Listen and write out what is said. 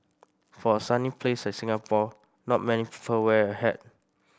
for a sunny place like Singapore not many people wear a hat